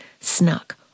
snuck